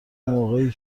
موقعی